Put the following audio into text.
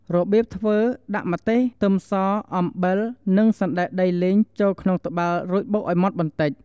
របៀបធ្វើ ដាក់ម្ទេស ខ្ទឹមស អំបិល និងសណ្ដែកដីលីងចូលក្នុងត្បាល់ រួចបុកឲ្យម៉ត់បន្តិច។